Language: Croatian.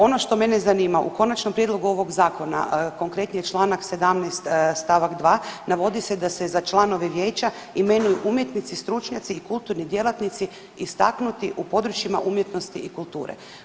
Ono što mene zanima, u konačnom prijedlogu ovog zakona, konkretnije čl. 17. st. 2. navodi se da se za članove vijeća imenuju umjetnici, stručnjaci i kulturni djelatnici istaknuti u područjima umjetnosti i kulture.